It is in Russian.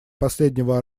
последнего